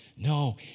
No